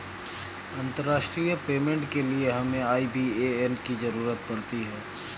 अंतर्राष्ट्रीय पेमेंट के लिए हमें आई.बी.ए.एन की ज़रूरत पड़ती है